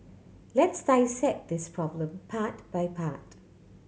let's dissect this problem part by part